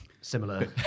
Similar